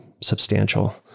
substantial